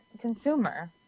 consumer